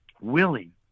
willing